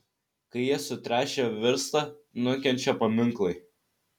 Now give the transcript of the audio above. kai jie sutręšę virsta nukenčia paminklai